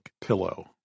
pillow